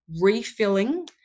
refilling